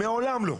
מעולם לא.